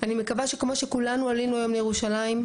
אני מקווה שכמו שכולנו עלינו היום לירושלים,